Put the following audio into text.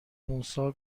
موسی